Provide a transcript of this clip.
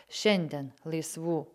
šiandien laisvų